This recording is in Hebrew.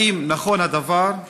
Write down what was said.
1. האם נכון הדבר?